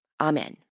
Amen